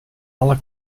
alle